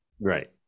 Right